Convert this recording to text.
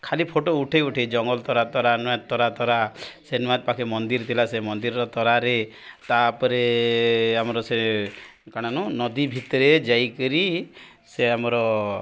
ଖାଲି ଫଟୋ ଉଠେଇ ଉଠେଇ ଜଙ୍ଗଲ ତରା ତରା ନୂଆଁ ତରା ତରା ସେ ନୂଆଁ ପାଖେ ମନ୍ଦିର ଥିଲା ସେ ମନ୍ଦିରର ତରାରେ ତାପରେ ଆମର ସେ କାଣାନୁ ନଦୀ ଭିତରେ ଯାଇକରି ସେ ଆମର